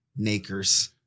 Nakers